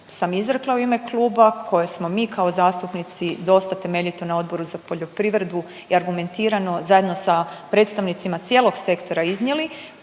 sam izrekla u ime kluba, koje smo mi kao zastupnici dosta temeljito na Odboru za poljoprivredu i argumentirano, zajedno sa predstavnicima cijelog sektora iznijela,